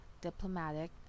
diplomatic